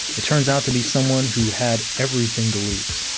it turns out to be someone who had everything to lose.